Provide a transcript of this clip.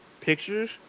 pictures